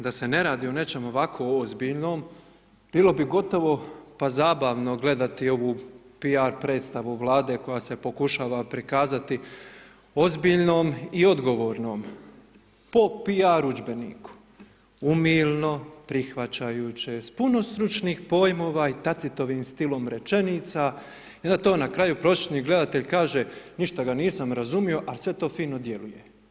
Da se ne radi o nečem ovako ozbiljnom, bilo bi gotovo pa zabavnu gledati ovu P.R. predstavu vlade koja se pokušava prikazati ozbiljnom i odgovornom, po P.R. udžbeniku, umilno prihvaćajući, s puno stručnih pojmova i … stilom rečenica i onda na kraju prosječni gledatelj kaže, ništa ga nisam razumio a sve to fino djeluje.